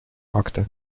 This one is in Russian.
акта